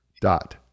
dot